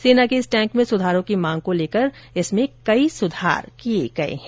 सेना के इस टैंक में सुधारों की मांग को लेकर इसमें कई सुधार किए गए हैं